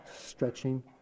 stretching